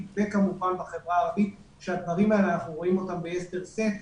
וכמובן בחברה הערבית שאנחנו רואים את הדברים האלה ביתר שאת.